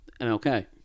MLK